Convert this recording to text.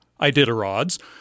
Iditarods